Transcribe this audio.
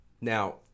Now